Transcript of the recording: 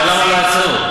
אבל למה לעצור?